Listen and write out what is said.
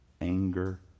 anger